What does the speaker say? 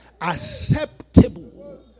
acceptable